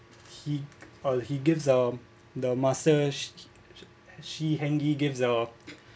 he uh he gives them the massage she hangi~ gives the